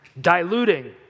diluting